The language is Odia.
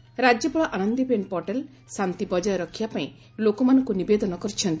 ରାଜ୍ୟପାଳ ଆନନ୍ଦିବେନ୍ ପଟେଲ୍ ଶାନ୍ତି ବକାୟ ରଖିବାପାଇଁ ଲୋକମାନଙ୍କୁ ନିବେଦନ କରିଛନ୍ତି